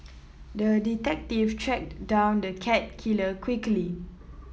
the detective tracked down the cat killer quickly